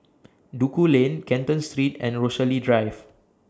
Duku Lane Canton Street and Rochalie Drive